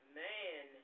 man